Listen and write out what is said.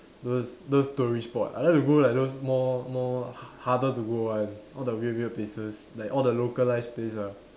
those those tourist spot I like to go like those more more ha~ harder to go one all the weird weird places like all the localised place ah